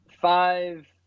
five